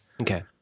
Okay